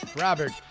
Robert